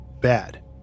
bad